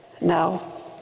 No